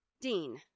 Dean